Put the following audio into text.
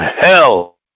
hell